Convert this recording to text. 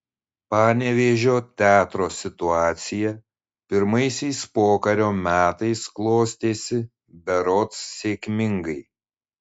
panevėžio teatro situacija pirmaisiais pokario metais klostėsi berods sėkmingai